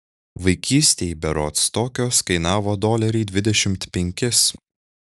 vaikystėj berods tokios kainavo dolerį dvidešimt penkis